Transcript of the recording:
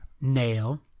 Nail